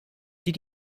did